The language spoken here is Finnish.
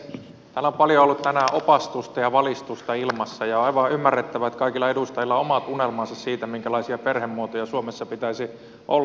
täällä on paljon ollut tänään opastusta ja valistusta ilmassa ja on aivan ymmärrettävää että kaikilla edustajilla on omat unelmansa siitä minkälaisia perhemuotoja suomessa pitäisi olla